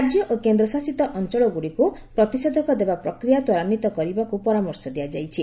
ରାଜ୍ୟ ଓ କେନ୍ଦ୍ରଶାସିତ ଅଞ୍ଚଳଗୁଡ଼ିକୁ ପ୍ରତିଷେଧକ ଦେବା ପ୍ରକ୍ରିୟା ତ୍ୱରାନ୍ୱିତ କରିବାକୁ ପରାମର୍ଶ ଦିଆଯାଇଛି